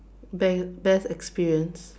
best best experience